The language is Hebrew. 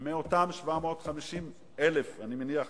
מאותם 750,000, ואני מניח